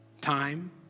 Time